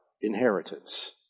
inheritance